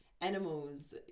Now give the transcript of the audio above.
animals